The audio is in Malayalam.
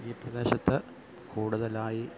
ഈ പ്രദേശത്ത് കൂടുതലായി